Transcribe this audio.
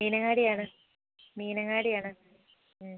മീനങ്ങാടി ആണ് മീനങ്ങാടി ആണ് അതെ